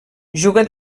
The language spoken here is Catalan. juga